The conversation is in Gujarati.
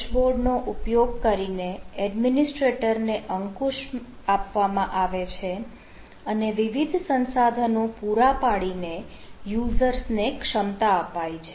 ડેશબોર્ડ નો ઉપયોગ કરીને એડમિનિસ્ટ્રેટર ને અંકુશ આપવામાં આવે છે અને વિવિધ સંસાધનો પૂરા પાડીને યુઝર્સને ક્ષમતા અપાય છે